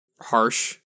harsh